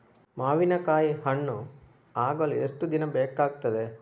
ಮಾವಿನಕಾಯಿ ಹಣ್ಣು ಆಗಲು ಎಷ್ಟು ದಿನ ಬೇಕಗ್ತಾದೆ?